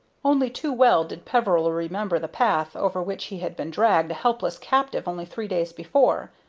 only too well did peveril remember the path over which he had been dragged a helpless captive only three days before.